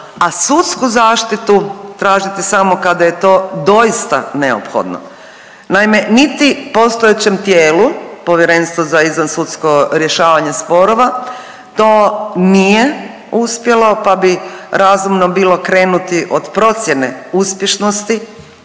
a sudsku zaštitu tražiti samo kada je to doista neophodno. Naime, niti postojećem tijelu, Povjerenstvo za izvansudsko rješavanje sporova to nije uspjelo, pa bi razumno bilo krenuti od procjene uspješnosti